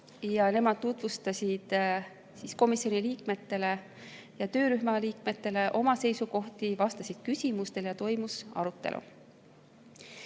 Nemad tutvustasid komisjoni liikmetele ja töörühma liikmetele oma seisukohti, vastasid küsimustele ja toimus arutelu.